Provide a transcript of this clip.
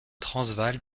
transvaal